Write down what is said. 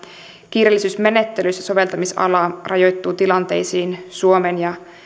kiireellisyysmenettelyssä soveltamisala rajoittuu tilanteisiin suomen ja